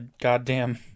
goddamn